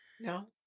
No